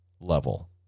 level